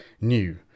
New